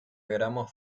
gramos